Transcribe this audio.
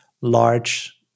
large